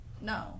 no